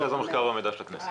מרכז המחקר והמידע של הכנסת.